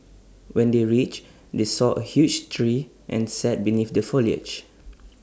when they reached they saw A huge tree and sat beneath the foliage